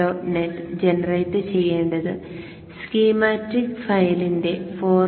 net generate ചെയ്യേണ്ടത് schematic ഫയലിന്റെ forward